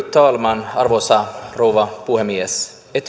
talman arvoisa rouva puhemies